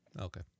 Okay